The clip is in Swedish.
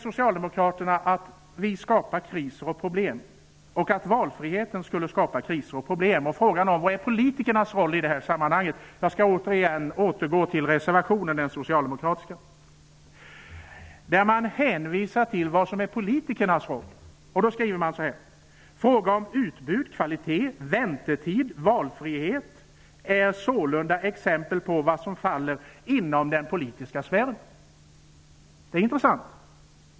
Socialdemokraterna säger nu att vi skapar kris och problem och att valfriheten skulle skapa kris och problem. Frågan är vilken som är politikernas roll i det här sammanhanget. Jag vill åter ta upp Socialdemokraternas reservation nr 2. Man hänvisar där till vad som är politikernas roll: ''Frågor om utbud, kvalitet, väntetid och valfrihet är sålunda exempel på vad som faller inom den politiska sfären.'' Det är intressant att notera.